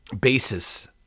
basis